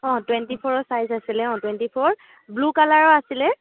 অ' twenty ফ'ৰৰ size আছিলে অ' টুৱেণ্টি ফ'ৰ ব্লু কালাৰৰ আছিলে